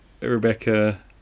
Rebecca